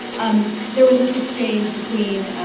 um there was this exchange between